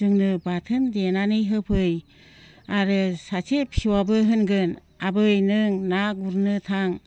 जोंनो बाथोन देनानै होफै आरो सासे फिसौआबो होनगोन आबै नों ना गुरनो थां